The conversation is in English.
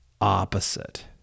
opposite